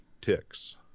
ticks